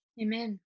Amen